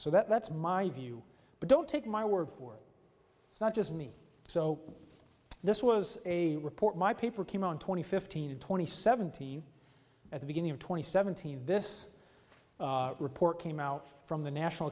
so that's my view but don't take my word for it's not just me so this was a report my paper came on twenty fifteen to twenty seventeen at the beginning of twenty seventeen this report came out from the national